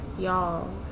y'all